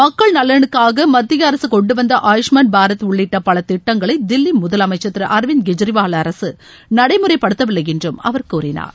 மக்கள் நலனுக்காக மத்தியஅரசு கொண்டுவந்த ஆயுஷ்மான் பாரத் உள்ளிட்ட பல திட்டங்களை தில்லி முதலமைச்சர் திரு அரவிந்த் கெஜ்ரிவால் அரசு நடைமுறைப்படுத்தவில்லை என்றும் அவர் கூறினார்